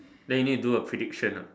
then you need do a prediction ah